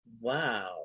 Wow